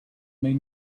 made